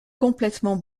complètement